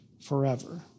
forever